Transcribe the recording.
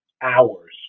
hours